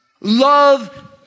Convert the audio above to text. Love